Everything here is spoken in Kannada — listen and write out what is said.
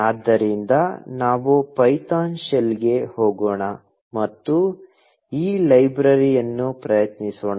ಆದ್ದರಿಂದ ನಾವು ಪೈಥಾನ್ ಶೆಲ್ಗೆ ಹೋಗೋಣ ಮತ್ತು ಈ ಲೈಬ್ರರಿಯನ್ನು ಪ್ರಯತ್ನಿಸೋಣ